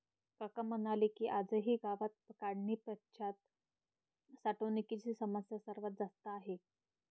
काका म्हणाले की, आजही गावात काढणीपश्चात साठवणुकीची समस्या सर्वात जास्त आहे